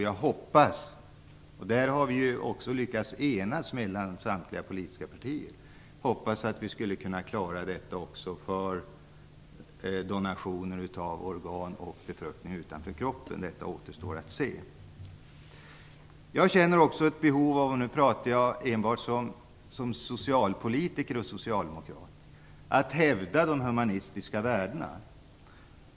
Jag hoppas - samtliga politiska partier har lyckats ena sig - att vi skall klara av även frågorna om donationer av organ och befruktning utanför kroppen. Detta återstår att se. Jag känner också ett behov av - nu pratar jag enbart som socialpolitiker och socialdemokrat - att hävda de humanistiska värdena.